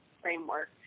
framework